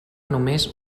només